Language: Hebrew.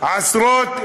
עשרות פצועים.